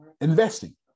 Investing